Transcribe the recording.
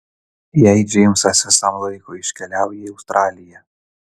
jei džeimsas visam laikui iškeliauja į australiją